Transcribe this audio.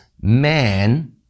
man